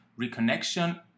reconnection